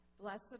Blessed